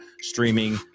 streaming